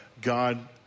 God